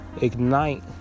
ignite